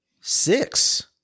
six